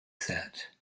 set